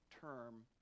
term